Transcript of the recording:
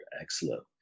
Excellent